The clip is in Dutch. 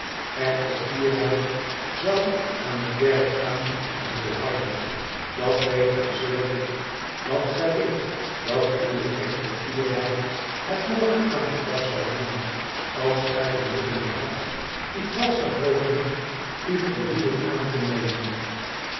echte fierheid zou aan het werk gaan en volhouden dat weet gij zeer goed want gij weet dat uwe echte herheid het morgen aan den dag zou doen als gij de middelen hadt die valsche hoogmoed u verbieden aan te nemen